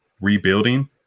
rebuilding